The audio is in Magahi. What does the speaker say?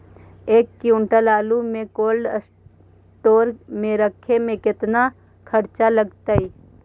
एक क्विंटल आलू के कोल्ड अस्टोर मे रखे मे केतना खरचा लगतइ?